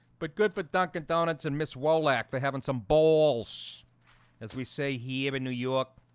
but good for dunkin donuts and miss wallach they're having some balls as we say here in new york